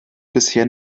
bisher